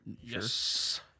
Yes